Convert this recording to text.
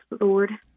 Lord